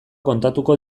kontatuko